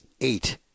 eight